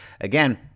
Again